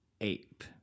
Ape